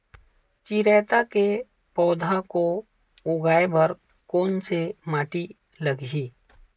चिरैता के पौधा को उगाए बर कोन से माटी लगही?